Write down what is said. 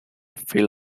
phil